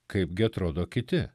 kaipgi atrodo kiti